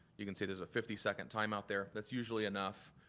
you can see there's a fifty second time out there. that's usually enough.